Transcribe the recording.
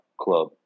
Club